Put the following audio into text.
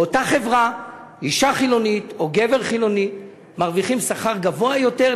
שבאותה חברה אישה חילונית או גבר חילוני מרוויחים שכר גבוה יותר,